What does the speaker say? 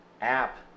app